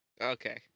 Okay